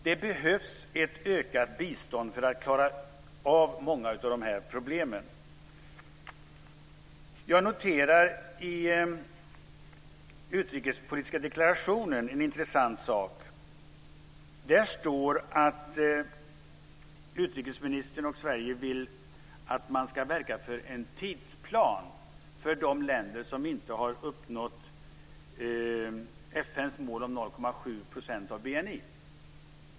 Det behövs ett ökat bistånd för att klara av många av de här problemen. Jag noterar en intressant sak i den utrikespolitiska deklarationen. Där står att utrikesministern och Sverige vill att man ska verka för en tidsplan för de länder som inte har uppnått FN:s mål om 0,7 % av BNI.